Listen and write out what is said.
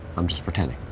i'm just pretending.